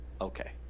Okay